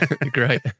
Great